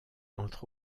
entre